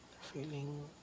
feeling